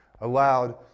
allowed